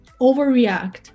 overreact